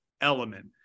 element